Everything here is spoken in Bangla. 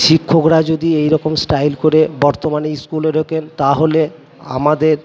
শিক্ষকরা যদি এই রকম স্টাইল করে বর্তমানে স্কুলে ঢোকেন তাহলে আমাদের